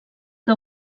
que